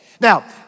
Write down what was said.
Now